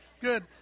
Good